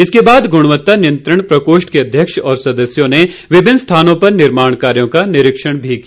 इसके बाद गुणवत्ता नियंत्रण प्रकोष्ठ के अध्यक्ष और सदस्यों ने विभिन्न स्थानों पर निर्माण कार्यों का निरीक्षण भी किया